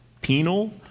penal